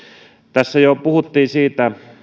tässä jo puhuttiin siitä